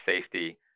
safety